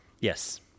Yes